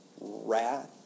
wrath